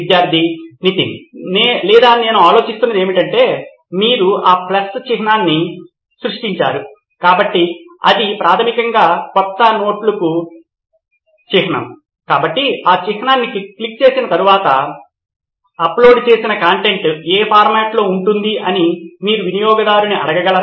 విద్యార్థి నితిన్ లేదా నేను ఆలోచిస్తున్నది ఏమిటంటే మీరు ఆ ప్లస్ చిహ్నాన్ని సృష్టించారు కాబట్టి ఇది ప్రాథమికంగా క్రొత్త నోట్లకు చిహ్నం కాబట్టి ఆ చిహ్నాన్ని క్లిక్ చేసిన తర్వాత అప్లోడ్ చేసిన కంటెంట్ ఏ ఫార్మాట్లో ఉంటుంది అని మీరు వినియోగదారుని అడగగలరా